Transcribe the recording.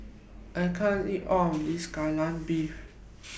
I can't eat All of This Kai Lan Beef